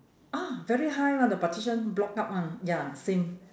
ah very high one the partition block up one ya same